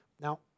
Now